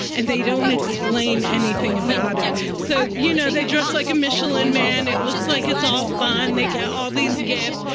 and they don't explain anything about it. so you know they dress like a michelin man. it looks like it's all fun. they get all these gifts.